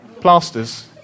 plasters